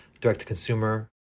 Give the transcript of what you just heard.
direct-to-consumer